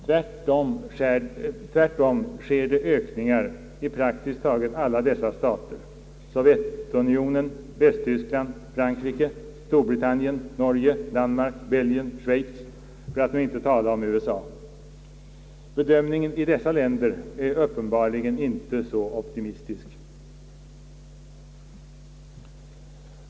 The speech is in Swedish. Tvärtom sker det ökningar i praktiskt taget alla dessa stater, Sovjetunionen, Västtyskland, Frankrike, Storbritannien, Norge, Danmark, Belgien och Schweiz för att nu inte tala om USA. Bedömningen i dessa länder är uppenbarligen inte så optimistisk.